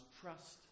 trust